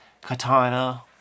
katana